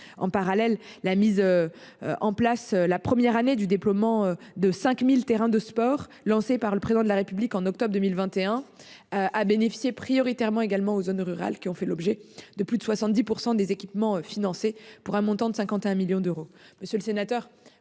en parallèle la mise. En place la première année du déploiement de 5000 terrains de sport, lancée par le président de la République en octobre 2021. À bénéficier prioritairement également aux zones rurales qui ont fait l'objet de plus de 70% des équipements financés pour un montant de 51 millions d'euros.